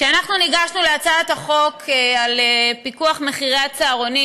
כשאנחנו ניגשנו להצעת החוק על פיקוח מחירי הצהרונים